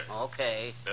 Okay